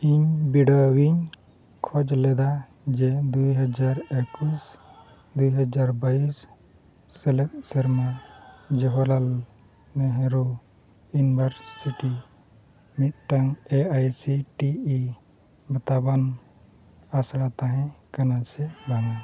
ᱤᱧ ᱵᱤᱰᱟᱹᱣ ᱤᱧ ᱠᱷᱚᱡᱽ ᱞᱮᱫᱟ ᱡᱮ ᱫᱩ ᱦᱟᱡᱟᱨ ᱮᱠᱩᱥ ᱫᱩ ᱦᱟᱡᱟᱨ ᱵᱟᱭᱤᱥ ᱥᱮᱞᱮᱫ ᱥᱮᱨᱢᱟ ᱡᱚᱦᱚᱨᱞᱟᱞ ᱱᱮᱦᱨᱩ ᱤᱭᱩᱱᱤᱵᱷᱟᱨᱥᱤᱴᱤ ᱢᱤᱫᱴᱟᱝ ᱮ ᱟᱭ ᱥᱤ ᱴᱤ ᱤ ᱵᱟᱛᱟᱣᱟᱱ ᱟᱥᱲᱟ ᱛᱟᱦᱮᱸ ᱠᱟᱱᱟ ᱥᱮᱵᱟᱝ